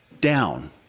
down